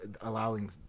allowing